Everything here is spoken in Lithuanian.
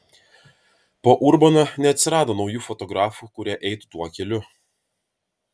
po urbono neatsirado naujų fotografų kurie eitų tuo keliu